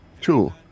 Two